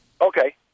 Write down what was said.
Okay